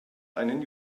einen